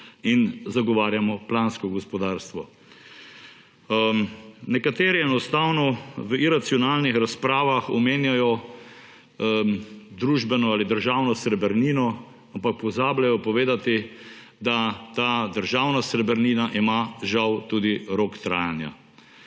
in zagovarjamo plansko gospodarstvo. Nekateri enostavno v iracionalnih razpravah omenjajo družbeno ali državno srebrnino, ampak pozabljajo povedati, da ima ta državna srebrnina žal tudi rok trajanja.